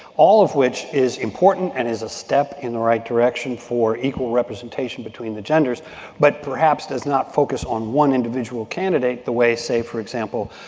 all of which is important and is a step in the right direction for equal representation between the genders but perhaps does not focus on one individual candidate the way, say, for example,